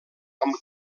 amb